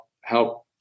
help